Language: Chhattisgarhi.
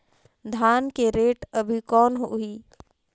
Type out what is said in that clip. धान के रेट अभी कौन होही?